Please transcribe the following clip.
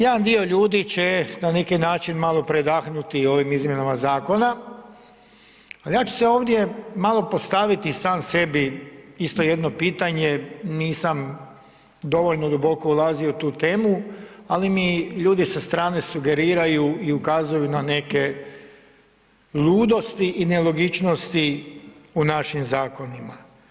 Jedan dio ljudi će na neki način predahnuti ovim izmjenama zakona, ali ja ću si ovdje malo postaviti sam sebi isto jedno pitanje, nisam dovoljno duboko ulazio u tu temu, ali mi ljudi sa strane sugeriraju i ukazuju na neke ludosti i nelogičnosti u našim zakonima.